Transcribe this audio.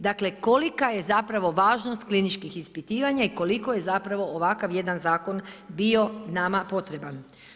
Dakle, kolika je zapravo važnost kliničkih ispitivanja i koliko je zapravo ovakav jedan Zakon bio nama potreban.